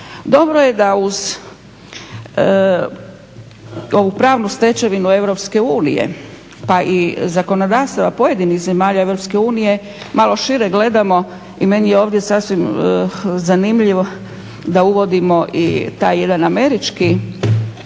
Dobro je da uz ovu pravnu stečevinu Europske unije, pa i zakonodavstva pojedinih zemalja Europske unije, malo šire gledamo. I meni je ovdje sasvim zanimljivo da uvodimo i taj jedan američki